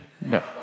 No